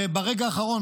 וברגע האחרון,